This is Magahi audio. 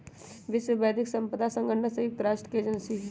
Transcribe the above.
विश्व बौद्धिक साम्पदा संगठन संयुक्त राष्ट्र के एजेंसी हई